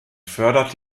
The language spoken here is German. fördert